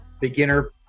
beginner